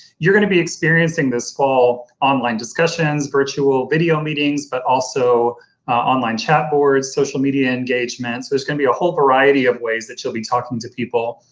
you're going to be experiencing this fall online discussions, virtual video meetings, but also online chat boards, social media engagement, so there's going to be a whole variety of ways that you'll be talking to people,